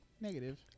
negative